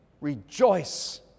rejoice